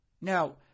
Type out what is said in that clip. Now